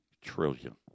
trillion